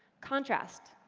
contrast,